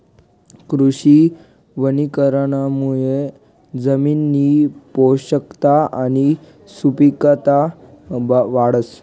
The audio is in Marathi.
कृषी वनीकरणमुये जमिननी पोषकता आणि सुपिकता वाढस